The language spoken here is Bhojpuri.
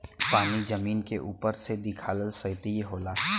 पानी जमीन के उपरे से दिखाला सतही होला